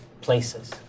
places